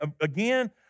again